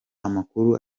amakuru